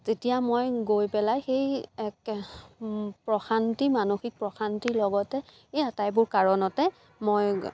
তেতিয়া মই গৈ পেলাই সেই একে প্ৰশান্তি মানসিক প্ৰশান্তিৰ লগতে এই আটাইবোৰ কাৰণতে মই